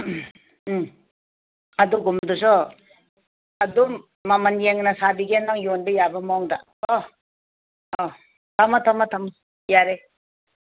ꯎꯝ ꯑꯗꯨꯒꯨꯝꯕꯗꯨꯁꯨ ꯑꯗꯨꯝ ꯃꯃꯟ ꯌꯦꯡꯅ ꯁꯥꯕꯤꯒꯦ ꯅꯪ ꯌꯣꯟꯕ ꯌꯥꯕ ꯃꯑꯣꯡꯗ ꯀꯣ ꯑꯣ ꯊꯝꯃꯣ ꯊꯝꯃꯣ ꯊꯝꯃꯣ ꯌꯥꯔꯦ